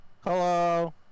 Hello